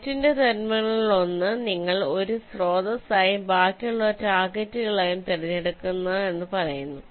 നെറ്റിന്റെ ടെർമിനലുകളിലൊന്ന് നിങ്ങൾ ഒരു സ്രോതസ്സായും ബാക്കിയുള്ളവ ടാർഗെറ്റുകളായും തിരഞ്ഞെടുക്കുന്നുവെന്ന് ഇത് പറയുന്നു